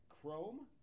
chrome